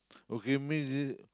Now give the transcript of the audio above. okay means is